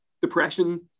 depression